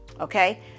Okay